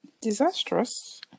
Disastrous